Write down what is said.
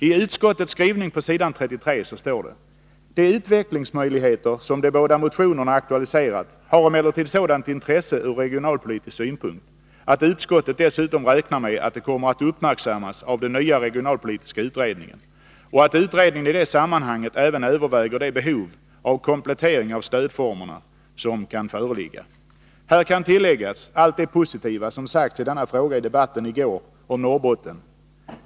I utskottets skrivning står det på s. 32-33: ”De utvecklingsmöjligheter som de båda motionerna aktualiserat har emellertid sådant intresse ur regionalpolitisk synpunkt att utskottet dessutom räknar med att de kommer att uppmärksammas av den nya regionalpolitiska utredningen och att utredningen i det sammanhanget även överväger det behov av komplettering av stödformerna som kan föreligga.” Här kan tilläggas allt det positiva som sagts i denna fråga i debatten i går om Norrbotten.